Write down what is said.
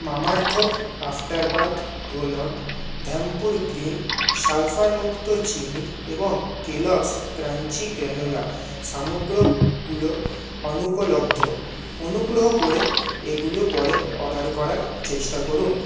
Mamaearth after bath roll on Dhampur green সালফারমুক্ত চিনি এবং কেলগস ক্রাঞ্চি গ্রানোলা সামগ্রীগুলো অনুপলব্ধ অনুগ্রহ করে এগুলো পরে অর্ডার করার চেষ্টা করুন